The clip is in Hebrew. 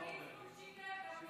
הוא שיקר גם,